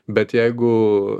bet jeigu